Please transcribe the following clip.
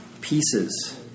pieces